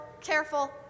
careful